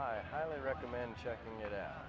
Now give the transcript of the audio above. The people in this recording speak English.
i highly recommend checking it out